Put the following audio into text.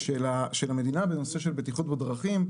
של המדינה בנושא של בטיחות בדרכים,